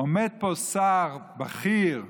עומד פה שר בכיר ואומר: